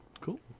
Cool